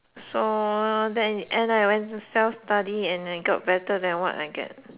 so then it end up I went to self-study and it got better than what I get